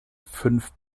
fünf